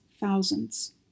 thousands